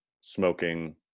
smoking